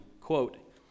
quote